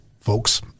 folks